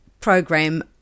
program